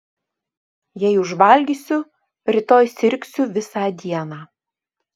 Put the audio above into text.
jei užvalgysiu rytoj sirgsiu visą dieną